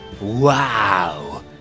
Wow